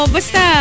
Basta